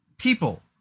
people